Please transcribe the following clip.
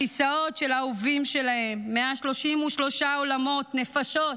הכיסאות של האהובים שלהם, 133 עולמות, נפשות,